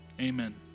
amen